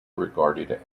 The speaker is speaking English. regarded